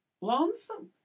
Lonesome